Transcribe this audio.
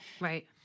Right